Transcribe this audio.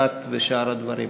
דת ושאר הדברים.